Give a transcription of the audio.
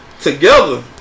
together